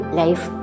life